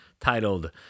titled